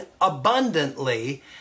abundantly